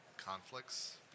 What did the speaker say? conflicts